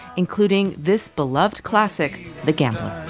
including this beloved classic, the gambler.